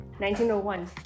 1901